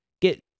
get